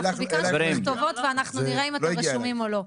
אנחנו ביקשנו תכתובות ואנחנו נראה אם אתם רשומים או לא.